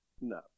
No